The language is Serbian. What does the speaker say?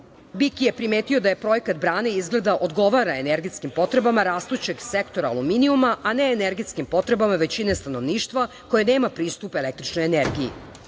BIK je primetio da projekat brane izgleda odgovara energetskim potrebama rastućeg sektora aluminijuma, a ne energetskim potrebama većine stanovništva koje nema pristup električnoj energiji.